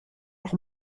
leur